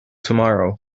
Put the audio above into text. tomorrow